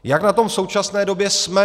Jak na tom v současné době jsme?